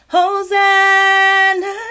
Hosanna